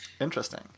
Interesting